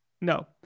no